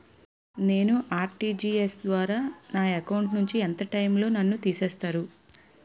నేను ఆ.ర్టి.జి.ఎస్ ద్వారా నా అకౌంట్ నుంచి ఎంత టైం లో నన్ను తిసేస్తారు?